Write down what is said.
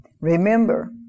Remember